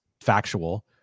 factual